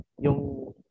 yung